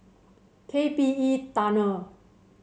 K P E Tunnel